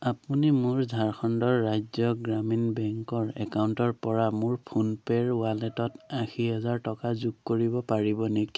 আপুনি মোৰ ঝাৰখণ্ডৰ ৰাজ্য গ্ৰামীণ বেংকৰ একাউণ্টৰ পৰা মোৰ ফোন পে'ৰ ৱালেটত আশী হেজাৰ টকা যোগ কৰিব পাৰিব নেকি